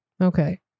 Okay